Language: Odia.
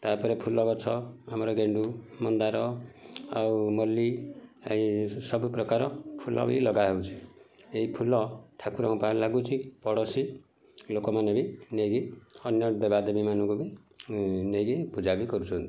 ତା'ପରେ ଫୁଲ ଗଛ ଆମର ଗେଣ୍ଡୁ ମନ୍ଦାର ଆଉ ମଲ୍ଲୀ ସବୁପ୍ରକାର ଫୁଲ ବି ଲଗାହେଉଛି ଏଇ ଫୁଲ ଠାକୁରଙ୍କ ପାଖରେ ଲାଗୁଛି ପଡ଼ୋଶୀ ଲୋକମାନେ ବି ନେଇକି ଅନ୍ୟ ଦେବାଦେବୀ ମାନଙ୍କୁ ବି ନେଇକି ପୂଜା ବି କରୁଛନ୍ତି